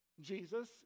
Jesus